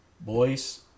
Boys